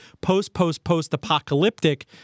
post-post-post-apocalyptic